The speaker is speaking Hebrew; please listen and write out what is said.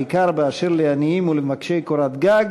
בעיקר באשר לעניים ולמבקשי קורת גת,